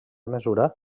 mesura